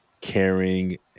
caring